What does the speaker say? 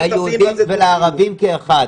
ליהודים ולערבים כאחד.